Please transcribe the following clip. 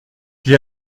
j’ai